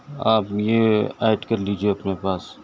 آپ یہ ایڈ کر لیجیے اپنے پاس